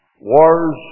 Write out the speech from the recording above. Wars